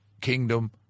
kingdom